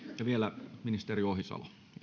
vielä ministeri ohisalo ja